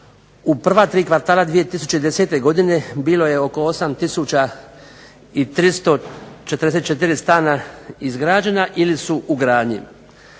u prva tri kvartala 2010. godine bilo je oko 8344 stana izgrađena ili su u gradnji.